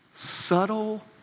subtle